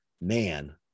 man